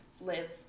live